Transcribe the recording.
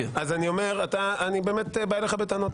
אז אני באמת בא אליך בטענות,